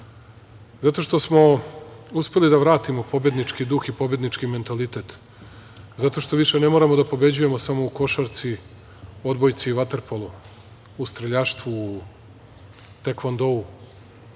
zato što smo uspeli da vratimo pobednički duh i pobednički mentalitet, zato što više ne moramo da pobeđujemo samo u košarci, odbojci, vaterpolu, u streljaštvu, u tekvondou,